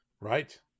right